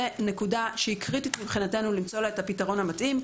זה נקודה שהיא קריטית מבחינתנו למצוא לה את הפתרון המתאים,